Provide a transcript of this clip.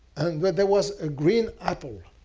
but there was a green apple.